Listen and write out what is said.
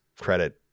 credit